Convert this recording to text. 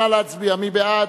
נא להצביע, מי בעד?